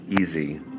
easy